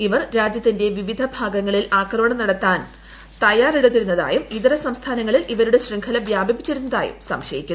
ഇവർ രാജ്യത്തിന്റെ വിവിധ ഭാഗങ്ങളിൽ ആക്രമണം നടത്താൻ തയ്യാറെടുത്തിരുന്നതായും ഇതര സംസ്ഥാനങ്ങളിൽ ഇവർ ശൃംഖല വ്യാപിപ്പിക്കുകയായിരുന്നെന്നും സംശയിക്കുന്നു